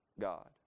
God